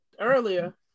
Earlier